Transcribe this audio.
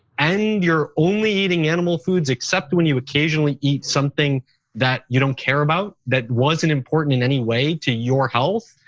and you're only eating animal foods except when you occasionally eat something that you don't care about, that wasn't important in any way to your health,